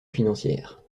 financières